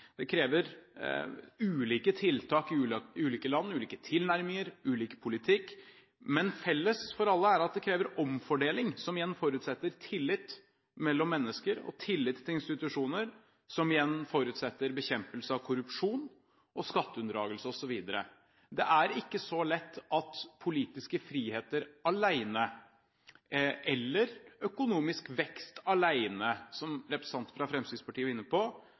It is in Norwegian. Det krever ulike tiltak i ulike land, ulike tilnærminger, ulik politikk, men felles for alle er at det krever omfordeling, som igjen forutsetter tillit mellom mennesker og tillit til institusjoner – som igjen forutsetter bekjempelse av korrupsjon, skatteunndragelse osv. Det er ikke så lett at politiske friheter alene eller økonomisk vekst alene – som representanten fra Fremskrittspartiet var inne på